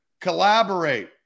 collaborate